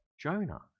Jonah